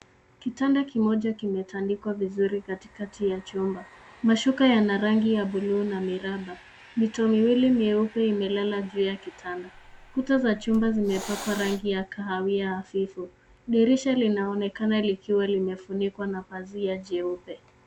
Kitanda kimoja kimetandikwa vizuri katikati ya chumba. Mashuka yana rangi ya buluu na miraba. Mito miwili meupe imelala juu ya kitanda. Kuta za chumba zimepakwa rangi ya kahawia hafifu. Dirisha linaonekana likiwa limefunikwa na pazia jeupe.